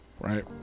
Right